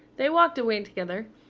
they walked away together,